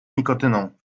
nikotyną